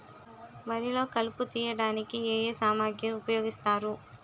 వరిలో కలుపు తియ్యడానికి ఏ ఏ సామాగ్రి ఉపయోగిస్తారు?